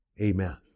Amen